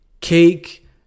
cake